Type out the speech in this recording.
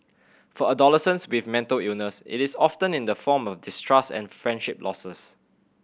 for adolescents with mental illness it is often in the form of distrust and friendship losses